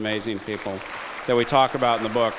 amazing people that we talk about the book